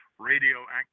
radioactive